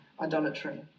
idolatry